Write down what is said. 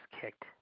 kicked